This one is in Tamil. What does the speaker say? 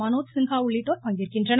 மனோஜ் சின்ஹா உள்ளிட்டோர் பங்கேற்கின்றனர்